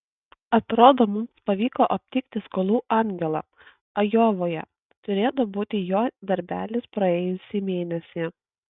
atrodo mums pavyko aptikti skolų angelą ajovoje turėtų būti jo darbelis praėjusį mėnesį